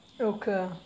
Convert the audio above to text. okay